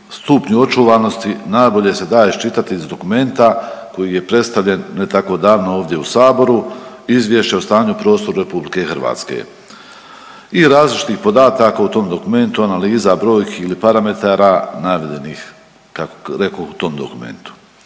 stupnju očuvanosti najbolje se da iščitati iz dokumenta koji je predstavljen ne tako davno ovdje u saboru Izvješće o stanju prostora Republike Hrvatske i različitih podataka u tom dokumentu, analiza, brojki ili parametara navedenih rekoh u tom dokumentu.